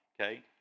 okay